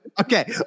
Okay